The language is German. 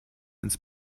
ins